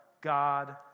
God